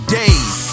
days